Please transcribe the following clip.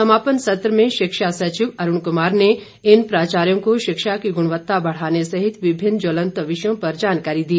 समापन सत्र में शिक्षा सचिव अरूण कुमार ने इन प्रचार्यों को शिक्षा की गुणवत्ता बढ़ाने सहित विभिन्न ज्वलंत विषयों पर जानकारी दी